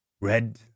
Red